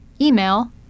email